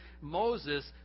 Moses